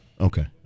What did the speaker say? Okay